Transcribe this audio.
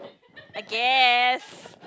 I guess